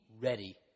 ready